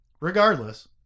Regardless